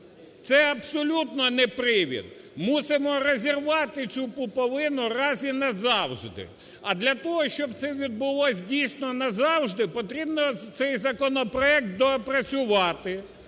Це абсолютно не привід, мусимо розірвати цю пуповина раз і назавжди. А для того, щоб це відбулося дійсно назавжди, потрібно цей законопроект доопрацювати